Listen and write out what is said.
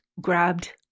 grabbed